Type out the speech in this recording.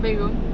bedroom